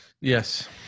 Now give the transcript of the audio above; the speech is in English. Yes